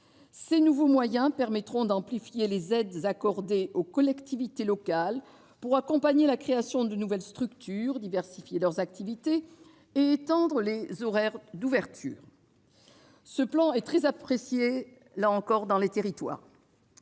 Ces nouveaux moyens permettront d'amplifier les aides accordées aux collectivités locales pour accompagner la création de nouvelles structures, diversifier leurs activités et étendre les horaires d'ouverture. Ce plan est également très apprécié dans les territoires.